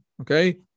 okay